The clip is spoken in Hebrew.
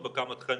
אני